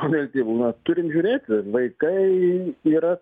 o dėl tėvų na turim žiūrėti vaikai yra